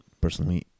personally